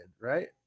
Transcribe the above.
right